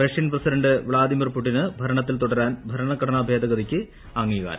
Russian president Vladimir പൂടിന് ഭരണത്തിൽ തുടരാൻ ഭരണഘടനാ ഭേദഗതിക്ക് അംഗീകാരം